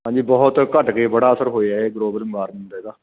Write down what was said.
ਹਾਂਜੀ ਬਹੁਤ ਘੱਟਗੇ ਬੜਾ ਅਸਰ ਹੋਇਆ ਇਹ ਗਲੋਬਲ ਵਾਰਮਿੰਗ ਦਾ ਇਹਦਾ